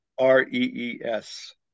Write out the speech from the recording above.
R-E-E-S